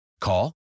Call